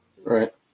Right